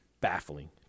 baffling